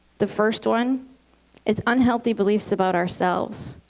the first one is unhealthy beliefs about ourselves.